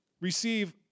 receive